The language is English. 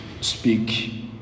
speak